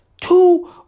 Two